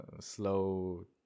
slow